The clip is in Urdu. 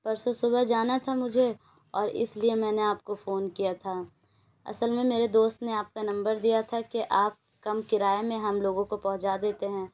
پرسوں صبح جانا تھا مجھے اور اس لیے میں نے آپ کو فون کیا تھا اصل میں میرے دوست نے آپ کا نمبر دیا تھا کہ آپ کم کرایہ میں ہم لوگوں کو پہنچا دیتے ہیں